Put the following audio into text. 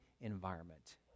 environment